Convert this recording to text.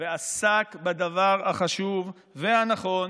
ועסק בדבר החשוב והנכון,